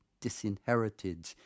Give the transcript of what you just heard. disinherited